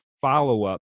follow-up